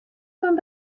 fan